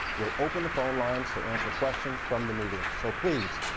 we'll open the phone lines to answer question from the media. so please,